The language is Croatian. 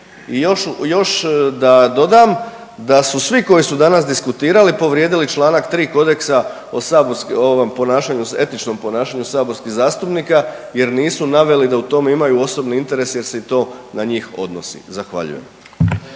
još da dodam, da su svi koji su danas diskutirali, povrijedili čl. 3 kodeksa o saborskom ovom, ponašanju, etičnom ponašanju saborskih zastupnika jer nisu naveli da u tome imaju osobni interes jer se i to na njih odnosi. Zahvaljujem.